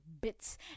bits